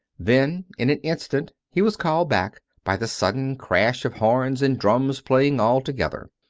then, in an instant, he was called back, by the sudden crash of horns and drums playing all together.